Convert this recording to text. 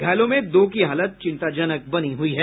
घायलों में दो की हालत चिंताजनक बनी हुई है